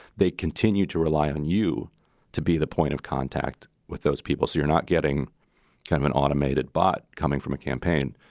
they continue to rely on you to be the point of contact with those people. so you're not getting kind of an automated bot coming from a campaign.